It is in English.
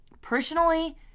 personally